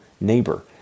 neighbor